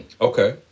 okay